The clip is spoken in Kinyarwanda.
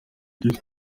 cy’isi